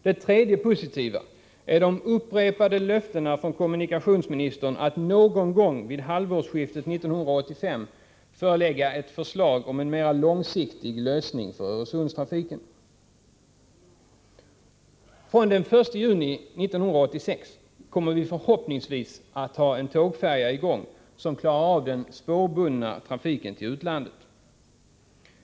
Det tredje positiva är de upprepade löftena från kommunikationsministern att någon gång vid halvårsskiftet 1985 förelägga riksdagen ett förslag om en mera långsiktig lösning för Öresundstrafiken. Från den 1 juni 1986 kommer vi förhoppningsvis att ha en tågfärja i gång, som klarar av den spårbundna trafiken till utlandet.